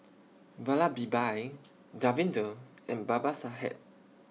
Vallabhbhai Davinder and Babasaheb